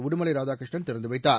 உடுமலை ராதாகிருஷ்ணன் திறந்து வைத்தார்